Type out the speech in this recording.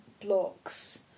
blocks